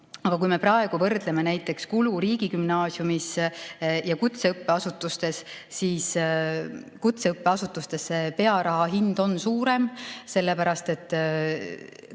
Aga kui me võrdleme näiteks kulu riigigümnaasiumis ja kutseõppeasutustes, siis kutseõppeasutustes pearaha hind on suurem, sellepärast et ka õpe